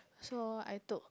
so I took